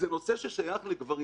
זה נושא ששייך לגברים.